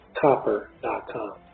copper.com